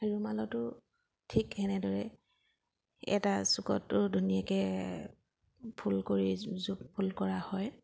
ৰুমালতো ঠিক তেনেদৰে এটা চুকতো ধুনীয়াকৈ ফুল কৰি জোখ ফুল কৰা হয়